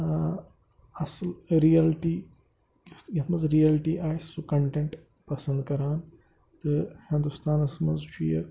اَصٕل رِیَلٹی یَتھ منٛز رِیلٹی آسہِ سُہ کَنٹیٚنٹ پَسنٛد کَران تہٕ ہِندوستانَس منٛز چھُ یہِ